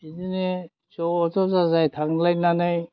बिदिनो ज' ज' जाजाय थांलायनानै